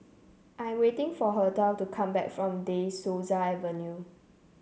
I'm waiting for Hertha to come back from De Souza Avenue